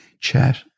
chat